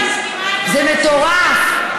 זה מטורף.